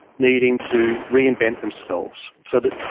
needing to reinvent themselves so that,